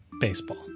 baseball